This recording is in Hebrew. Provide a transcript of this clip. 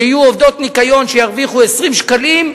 שיהיו עובדות ניקיון שירוויחו 20 שקלים,